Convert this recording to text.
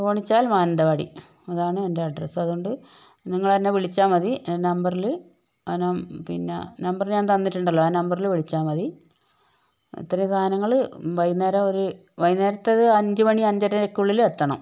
തോണിച്ചാൽ മാനന്തവാടി അതാണ് എൻ്റെ അഡ്രസ്സ് അതുകൊണ്ട് നിങ്ങൾ എന്നെ വിളിച്ചാൽ മതി നമ്പറിൽ ആ നം പിന്നെ നമ്പർ ഞാൻ തന്നിട്ടുണ്ടല്ലോ ആ നമ്പറിൽ വിളിച്ചാൽ മതി ഇത്രയും സാധനങ്ങൾ വൈകുന്നേരം ഒരു വൈകുന്നേരത്തേത് അഞ്ചുമണി അഞ്ചരയ്ക്ക് ഉള്ളിൽ എത്തണം